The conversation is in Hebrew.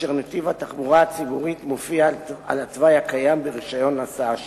אשר נתיב התחבורה הציבורית מופיע על התוואי הקיים ברשיון ההסעה שלהם.